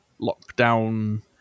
lockdown